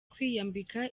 kwiyambika